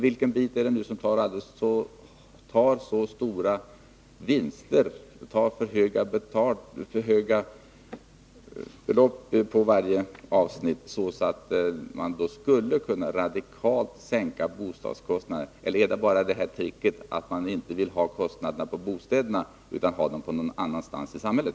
Vilka är det som drar för höga kostnader på varje avsnitt, och var kan man radikalt sänka bostadskostnaderna? Eller är det här kanske bara fråga om tricket att man inte vill lägga kostnaderna på bostäderna utan någon annanstans i samhället.